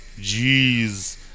jeez